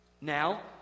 now